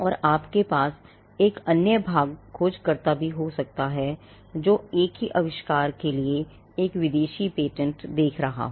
और आपके पास एक अन्य भाग खोजकर्ता भी हो सकता है जो एक ही आविष्कार के लिए एक विदेशी पेटेंट देख रहा हो